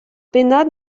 pennad